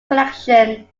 connection